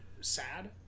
Sad